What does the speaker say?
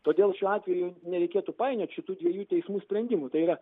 todėl šiuo atveju nereikėtų painiot šitų dviejų teismų sprendimų tai yra